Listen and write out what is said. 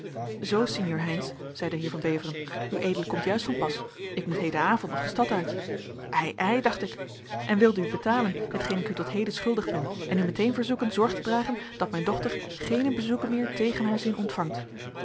zoo sinjeur heynsz zei de heer van beveren ued komt juist van pas ik moet hedenavond nog de stad uit ei ei dacht ik en wilde u betalen hetgeen ik u tot heden schuldig ben en u meteen verzoeken zorg te dragen dat mijn dochter geene bezoeken meer tegen haar zin ontvangt